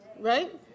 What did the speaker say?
right